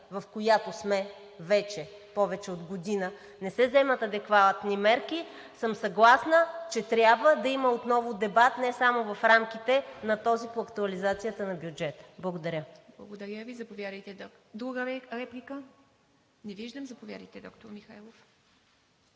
в която сме вече повече от година, не се вземат адекватни мерки, съм съгласна, че трябва да има отново дебат не само в рамките на този по актуализацията на бюджета. Благодаря. ПРЕДСЕДАТЕЛ ИВА МИТЕВА: Благодаря Ви. Друга реплика? Не виждам. Заповядайте, доктор Михайлов.